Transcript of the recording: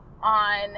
on